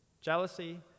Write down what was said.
jealousy